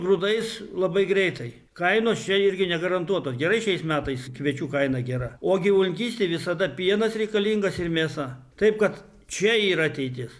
grūdais labai greitai kainos čia irgi negarantuoto gerai šiais metais kviečių kaina gera o gyvulininkystėj visada pienas reikalingas ir mėsa taip kad čia yra ateitis